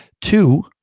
two